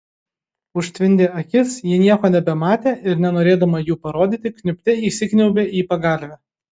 užtvindė akis ji nieko nebematė ir nenorėdama jų parodyti kniubte įsikniaubė į pagalvę